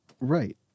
Right